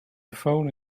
phone